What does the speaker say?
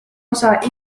osa